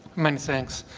many thanks.